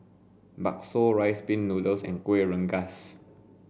Bakso Rice Pin Nnoodles and Kueh Rengas